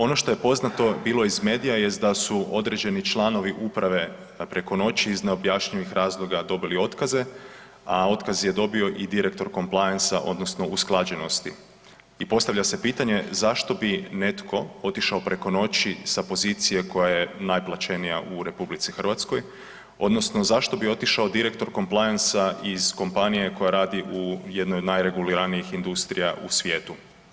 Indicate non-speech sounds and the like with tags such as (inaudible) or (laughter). Ono što je poznato bilo iz medija jest da su određeni članovi uprave preko noći iz neobjašnjivih razloga dobili otkaze a otkaz je dobio i direktor ... (unintelligible) odnosno usklađenosti i postavlja se pitanje zašto bi netko otišao preko noći sa pozicije koja je najplaćenija u RH odnosno zašto bi otišao direktor ... (unintelligible) iz kompanije koja radi u jednoj od najreguliranijih industrija u svijetu?